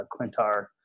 Clintar